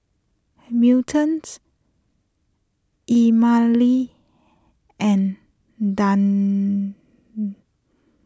Melton's Emmalee and Dagny